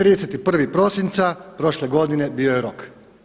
31. prosinca prošle godine bio je rok.